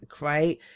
right